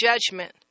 judgment